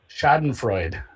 Schadenfreude